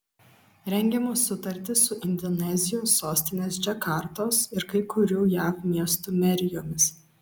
rengiamos sutartys su indonezijos sostinės džakartos ir kai kurių jav miestų merijomis